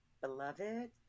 Beloved